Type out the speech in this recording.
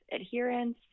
adherence